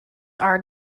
are